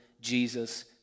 Jesus